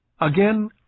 Again